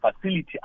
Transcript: facility